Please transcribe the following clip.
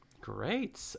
Great